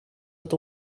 het